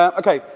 um ok,